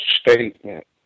statement